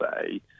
say